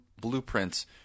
blueprints